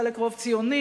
חלק "רוב ציוני".